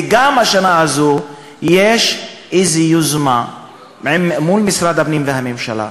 וגם השנה הזאת יש איזו יוזמה מול משרד הפנים והממשלה,